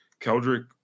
Keldrick